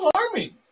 alarming